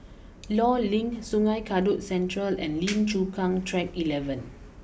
Law Link Sungei Kadut Central and Lim Chu Kang Track eleven